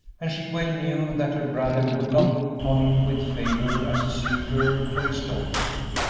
and she well knew that her brother would not look upon him with favor as a suitor for his daughter.